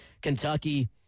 Kentucky